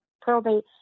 probate